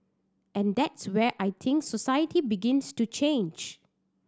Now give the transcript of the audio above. and that's where I think society begins to change